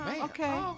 Okay